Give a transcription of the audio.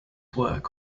work